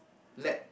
let